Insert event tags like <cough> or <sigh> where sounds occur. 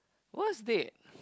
worst date <breath>